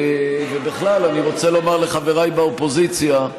ובכלל, אני רוצה לומר לחבריי באופוזיציה,